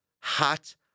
hot